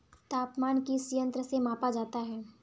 तापमान किस यंत्र से मापा जाता है?